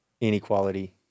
inequality